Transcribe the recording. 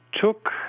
took